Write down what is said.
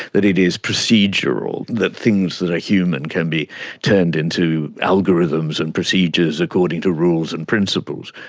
that it is procedural, that things that are human can be turned into algorithms and procedures according to rules and principles.